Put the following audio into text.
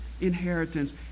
inheritance